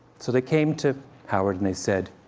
so they came to howard, and they said,